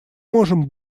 можем